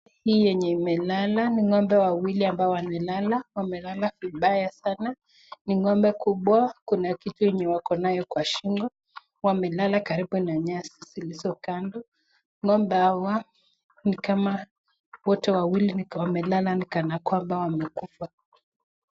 Hii yenye imelala ni ng'ombe wawili ambao wamelala, wamelala vibaya sana, ni ng'ombe kubwa, kuna kitu yenye wako nayo kwa shingo, wamelala karibu na nyasi zilizo kando, ng'ombe hawa wote wawili wamelala ni kana kwamba wamekufa.